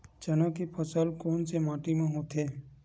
चना के फसल कोन से माटी मा होथे?